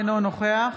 אינו נוכח